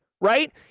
right